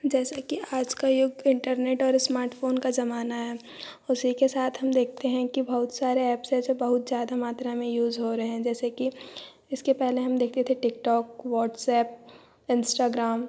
जैसे कि आज का युग इंटरनेट और स्मार्टफोन का जमाना है उसी के साथ हम देखते हैं कि बहुत सारे ऐप्स से बहुत ज़्यादा मात्रा में यूज़ हो रहे हैं जैसे कि इसके पहले हम देखते थे टिकटोक व्हाट्सएप इंस्टाग्राम